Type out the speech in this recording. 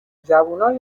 جوونای